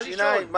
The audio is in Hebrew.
מה השיניים?